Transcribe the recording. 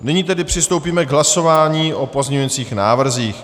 Nyní tedy přistoupíme k hlasování o pozměňovacích návrzích.